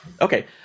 Okay